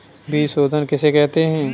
बीज शोधन किसे कहते हैं?